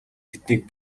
тэднийг